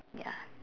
ya